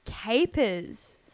Capers